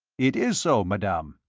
it is so, madame,